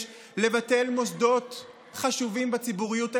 לבטל מוסדות חשובים בציבוריות הישראלית,